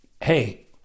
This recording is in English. Hey